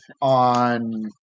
on